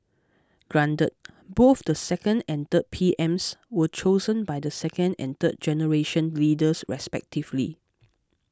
granted both the second and third P M's were chosen by the second and third generation leaders respectively